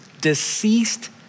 deceased